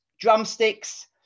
drumsticks